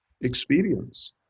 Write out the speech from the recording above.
experience